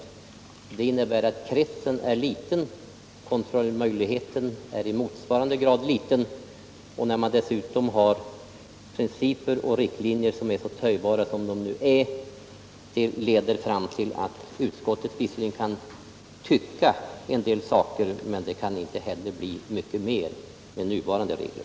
Det innebär att kretsen är liten. Kontrollmöjligheten är i motsvarande grad liten, och när principer och riktlinjer dessutom är så töjbara som de nu är, leder detta fram till att utskottet visserligen kan tycka en del saker men att det heller inte kan bli mycket mer.